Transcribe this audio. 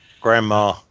Grandma